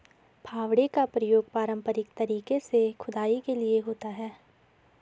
फावड़े का प्रयोग पारंपरिक तरीके से खुदाई के लिए होता है